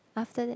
after that